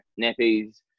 nappies